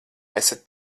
esat